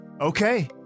Okay